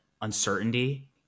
uncertainty